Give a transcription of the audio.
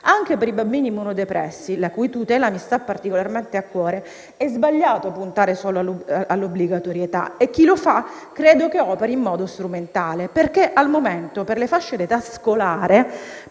Anche per i bambini immunodepressi, la cui tutela mi sta particolarmente a cuore, è sbagliato puntare solo all'obbligatorietà e chi lo fa credo che operi in modo strumentale, perché al momento, per le fasce di età scolare,